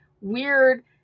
weird